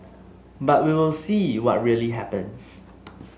but we will see what really happens